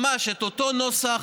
ממש את אותו נוסח,